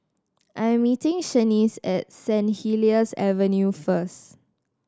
I'm meeting Shaniece at St Helier's Avenue first